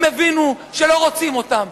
הם הבינו שלא רוצים אותם.